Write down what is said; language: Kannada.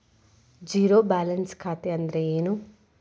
ಝೇರೋ ಬ್ಯಾಲೆನ್ಸ್ ಖಾತೆ ಅಂದ್ರೆ ಏನು?